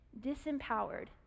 disempowered